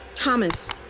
Thomas